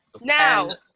now